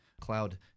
cloud